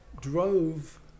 drove